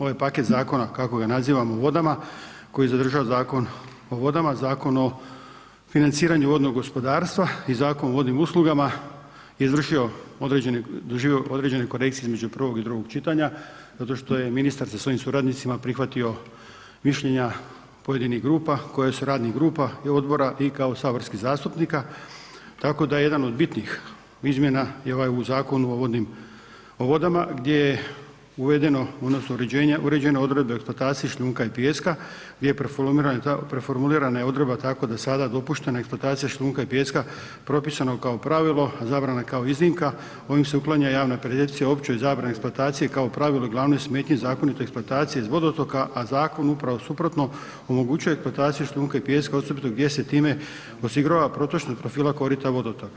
Ovaj paket zakona kako ga nazivamo o vodama koji sadržava Zakon o vodama, Zakon o financiranju vodnog gospodarstva i Zakon o vodnim uslugama je izvršio, doživio određene korekcije između prvog i drugog čitanja zato što je ministar sa svojim suradnicima prihvatio mišljenja pojedinih grupa koje su, radnih grupa i odbora i kao saborskih zastupnika, tako da jedan od bitnih izmjena je ovaj u Zakonu o vodnim, o vodama gdje je uvedeno odnosno uređenje, uređene odredbe o eksploataciji šljunka i pijeska gdje je preformulirana odredba tako da je sada dopuštena eksploatacija šljunka i pijeska propisana kao pravilo, zabrana je kao iznimka, ovim se uklanja javna percepcija o općoj zabrani eksploatacije kao pravilo glavnoj smetnji zakonite eksploatacije iz vodotoka, a zakon upravo suprotno omogućuje eksploataciju šljunka i pijeska, osobito gdje se time osigurava protočnost profila korita vodotoka.